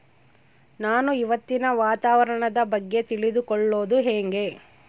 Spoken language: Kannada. ನಾನು ಇವತ್ತಿನ ವಾತಾವರಣದ ಬಗ್ಗೆ ತಿಳಿದುಕೊಳ್ಳೋದು ಹೆಂಗೆ?